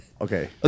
Okay